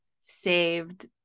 saved